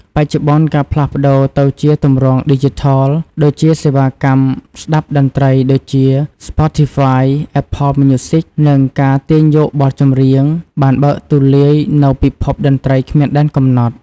បច្ចុប្បន្ន ការផ្លាស់ប្តូរទៅជាទម្រង់ ឌីជីថល ដូចជាសេវាកម្មស្ដាប់តន្ត្រី ដូចជា Spotify, Apple Music និងការទាញយកបទចម្រៀង បានបើកទូលាយនូវពិភពតន្ត្រីគ្មានដែនកំណត់។